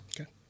Okay